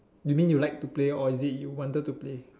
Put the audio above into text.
you mean you like to play or is it you wanted to play